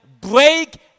break